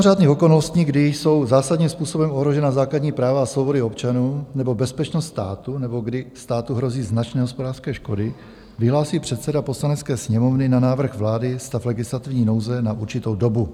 Za mimořádných okolností, kdy jsou zásadním způsobem ohrožena základní práva a svobody občanů nebo bezpečnost státu nebo kdy státu hrozí značné hospodářské škody, vyhlásí předseda Poslanecké sněmovny na návrh vlády stav legislativní nouze na určitou dobu.